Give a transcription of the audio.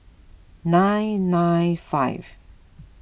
nine nine five